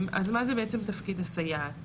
אז מה זה בעצם תפקיד הסייעת,